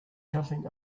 jumping